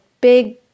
big